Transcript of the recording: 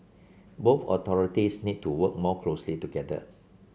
both authorities need to work more closely together